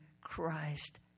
Christ